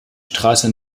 straße